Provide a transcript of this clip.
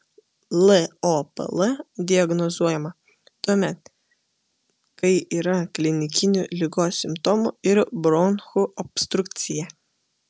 lopl diagnozuojama tuomet kai yra klinikinių ligos simptomų ir bronchų obstrukcija